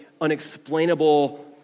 unexplainable